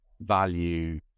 value